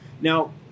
Now